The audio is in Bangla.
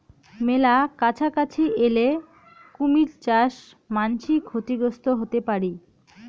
মেলা কাছাকাছি এলে কুমীর চাস মান্সী ক্ষতিগ্রস্ত হতে পারি